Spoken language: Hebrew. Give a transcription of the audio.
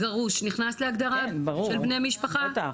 בטח,